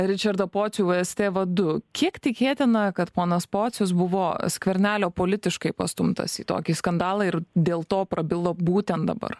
ričardą pocių vst vadu kiek tikėtina kad ponas pocius buvo skvernelio politiškai pastumtas į tokį skandalą ir dėl to prabilo būtent dabar